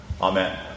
Amen